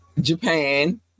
japan